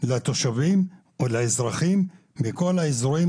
לתושבים או לאזרחים מכל האזורים,